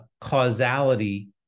causality